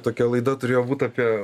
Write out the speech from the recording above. tokia laida turėjo būti apie